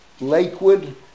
Lakewood